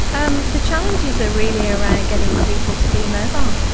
um the challenges are really around getting people to be mobile.